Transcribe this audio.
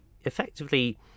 effectively